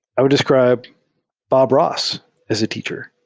i would describe bob ross as a teacher.